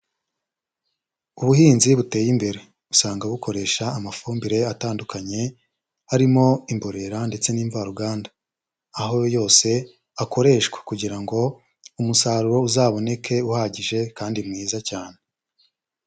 Ubuhinzi buteye imbere, usanga bukoresha amafumbire atandukanye, harimo imborera ndetse n'imvaruganda, aho yose akoreshwa kugira ngo umusaruro uzaboneke uhagije kandi mwiza cyane.